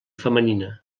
femenina